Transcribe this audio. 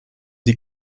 die